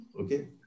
Okay